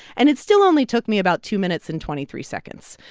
and it still only took me about two minutes and twenty three seconds.